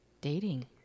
dating